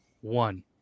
one